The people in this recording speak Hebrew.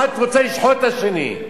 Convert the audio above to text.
האחד רוצה לשחוט את השני,